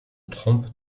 trompe